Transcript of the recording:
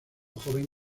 joven